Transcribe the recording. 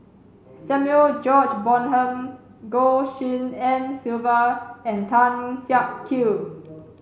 Samuel George Bonham Goh Tshin En Sylvia and Tan Siak Kew